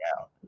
out